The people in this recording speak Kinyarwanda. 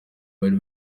bari